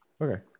Okay